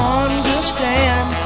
understand